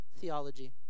theology